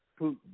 Putin